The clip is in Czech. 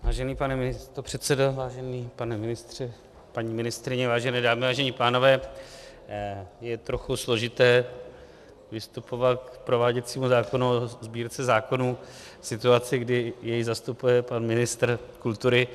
Vážený pane místopředsedo, vážený pane ministře, paní ministryně, vážené dámy, vážení pánové, je trochu složité vystupovat k prováděcímu zákonu o Sbírce zákonů v situaci, kdy jej zastupuje pan ministr kultury.